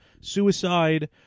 suicide